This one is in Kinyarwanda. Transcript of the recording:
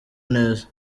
neza